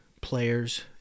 players